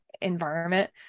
environment